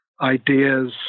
ideas